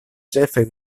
ĉefe